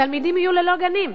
תלמידים יהיו ללא גנים.